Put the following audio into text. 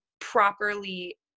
properly